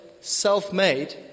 self-made